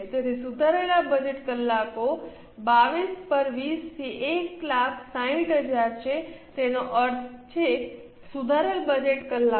તેથી સુધારેલા બજેટ કલાકો 22 પર 20 થી 160000 છે તેનો અર્થ છે સુધારેલ બજેટ કલાકો